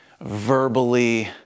verbally